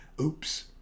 Oops